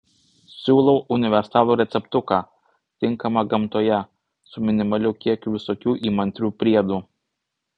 siūlau universalų receptuką tinkamą gamtoje su minimaliu kiekiu visokių įmantrių priedų